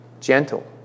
gentle